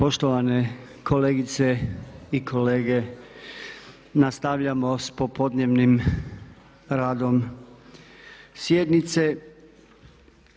Poštovane kolegice i kolege, nastavljamo sa popodnevnim radom sjednice.